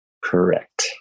Correct